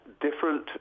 different